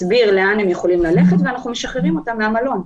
מסביר לאן הם יכולים ללכת ואז אנחנו משחררים אותם מהמלון.